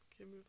Okay